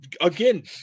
again